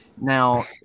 Now